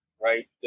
right